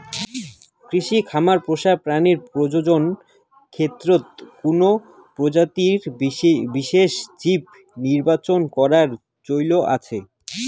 কৃষি খামার পোষা প্রাণীর প্রজনন ক্ষেত্রত কুনো প্রজাতির বিশেষ জীব নির্বাচন করার চৈল আছে